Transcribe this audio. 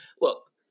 look